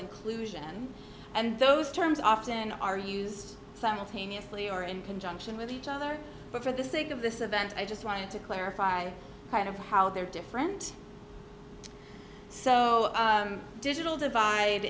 inclusion and those terms often are used simultaneously or in conjunction with each other but for the sake of this event i just wanted to clarify kind of how they're different so digital divide